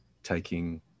Taking